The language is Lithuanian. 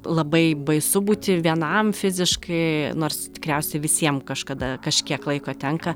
labai baisu būti vienam fiziškai nors tikriausiai visiem kažkada kažkiek laiko tenka